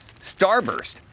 Starburst